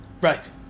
right